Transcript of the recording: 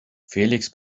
felix